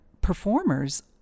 performers